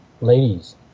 ladies